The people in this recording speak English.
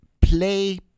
play